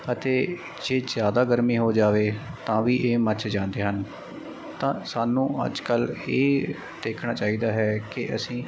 ਅਤੇ ਜੇ ਜ਼ਿਆਦਾ ਗਰਮੀ ਹੋ ਜਾਵੇ ਤਾਂ ਵੀ ਇਹ ਮੱਚ ਜਾਂਦੇ ਹਨ ਤਾਂ ਸਾਨੂੰ ਅੱਜ ਕੱਲ੍ਹ ਇਹ ਦੇਖਣਾ ਚਾਹੀਦਾ ਹੈ ਕਿ ਅਸੀਂ